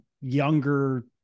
younger